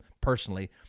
personally